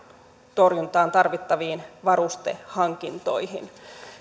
torjuntaan tarvittaviin varustehankintoihin